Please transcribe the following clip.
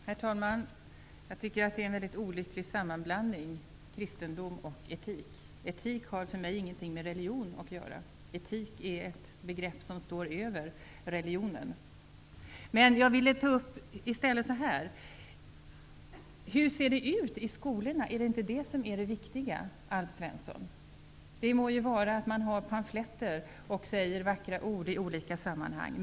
Herr talman! Jag tycker att det är väldigt olyckligt att blanda samman kristendom och etik. Etik har för mig ingenting med religion att göra. Etik är ett begrepp som står över religionen. Jag vill i stället säga så här: Hur ser det ut i skolorna? Är det inte detta som är det viktiga, Alf Det må vara att man har pamfletter och säger vackra ord i olika sammanhang.